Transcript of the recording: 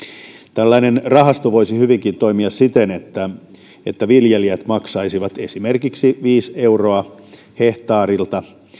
tällainen rahasto voisi hyvinkin toimia siten että viljelijät maksaisivat esimerkiksi viisi euroa hehtaarilta